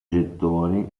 gettoni